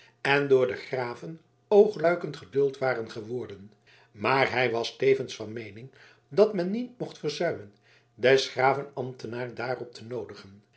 en door de graven oogluikend geduld waren geworden maar hij was tevens van meening dat men niet mocht verzuimen des graven ambtenaar daarop te noodigen